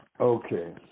Okay